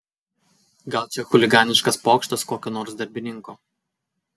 gal čia chuliganiškas pokštas kokio nors darbininko